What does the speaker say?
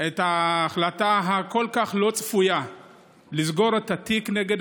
את ההחלטה הכל-כך לא צפויה לסגור את התיק נגד